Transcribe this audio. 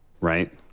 right